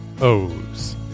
O's